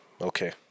Okay